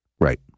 Right